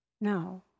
No